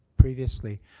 previously.